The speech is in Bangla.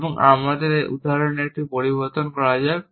সুতরাং আমাকে আমার উদাহরণ একটু পরিবর্তন করা যাক